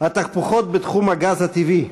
התהפוכות בתחום הגז הטבעי,